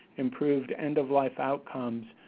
improved end of life outcomes,